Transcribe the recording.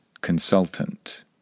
consultant